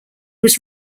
was